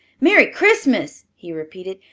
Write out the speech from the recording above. merry christmas! he repeated.